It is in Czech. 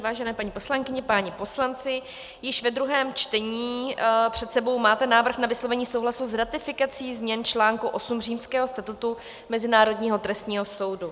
Vážené paní poslankyně, páni poslanci, již ve druhém čtení před sebou máte návrh na vyslovení souhlasu s ratifikací změn článku 8 Římského statutu Mezinárodního trestního soudu.